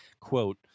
Quote